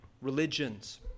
religions